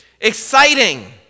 exciting